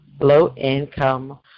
low-income